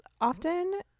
often